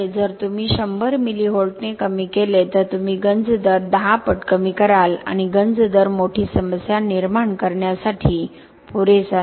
जर तुम्ही 100 मिली व्होल्टने कमी केले तर तुम्ही गंज दर 10 पट कमी कराल आणि गंज दर मोठी समस्या निर्माण करण्यासाठी पुरेसा नाही